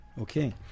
Okay